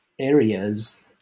areas